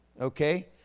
okay